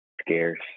scarce